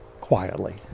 quietly